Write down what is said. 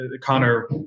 Connor